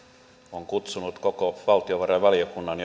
on kutsunut koko valtiovarainvaliokunnan